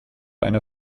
einer